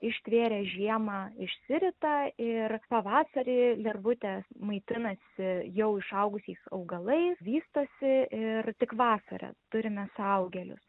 ištvėrę žiemą išsirita ir pavasarį lervutė maitinasi jau išaugusiais augalais vystosi ir tik vasarą turime suaugėlius